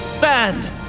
Band